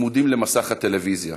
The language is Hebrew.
צמודים למסך הטלוויזיה.